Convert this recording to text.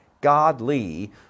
godly